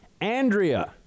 Andrea